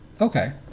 Okay